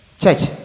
Church